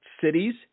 cities